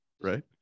right